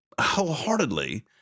wholeheartedly